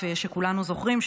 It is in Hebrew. וכפי שכולנו זוכרים,